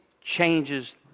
changes